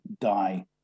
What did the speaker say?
die